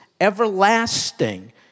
everlasting